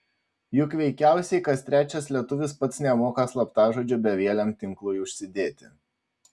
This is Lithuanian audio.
juk veikiausiai kas trečias lietuvis pats nemoka slaptažodžio bevieliam tinklui užsidėti